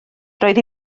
roedd